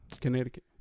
Connecticut